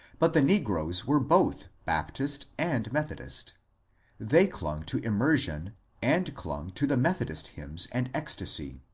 but the negroes were both baptist and methodist they clung to immersion and clung to the methodist hymns and ecstasy.